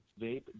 Vape